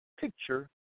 picture